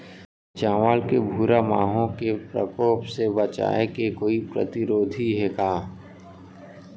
चांवल के भूरा माहो के प्रकोप से बचाये के कोई प्रतिरोधी हे का?